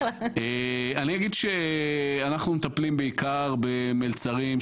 אני אגיד שאנחנו מטפלים בעיקר במלצרים,